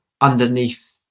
underneath